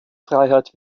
freiheit